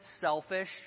selfish